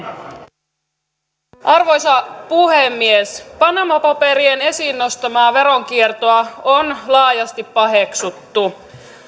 arvoisa puhemies panama paperien esiin nostamaa veronkiertoa on laajasti paheksuttu